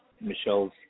Michelle's